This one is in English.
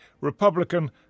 Republican